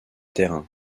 terrain